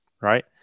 right